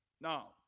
Now